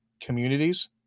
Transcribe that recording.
communities